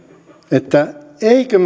että emmekö